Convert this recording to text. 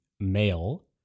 Male